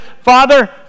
Father